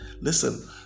Listen